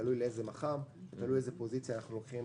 תלוי איזו פוזיציה אנחנו לוקחים